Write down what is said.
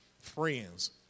friends